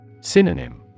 Synonym